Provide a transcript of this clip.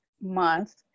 month